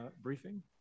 briefing